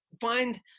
find